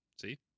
See